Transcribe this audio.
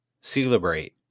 celebrate